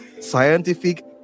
scientific